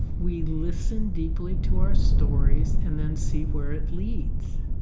we listen deeply to our stories and then see where it leads.